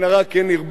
כן ירבו,